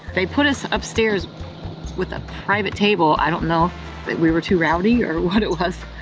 they put us upstairs with a private table. i don't know if but we were too rowdy, or what it was.